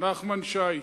נחמן שי,